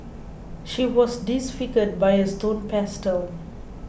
she was disfigured by a stone pestle